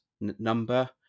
number